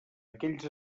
aquells